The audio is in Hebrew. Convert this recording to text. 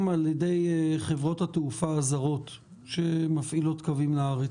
על ידי חברות התעופה הזרות שמפעילות קווים לארץ.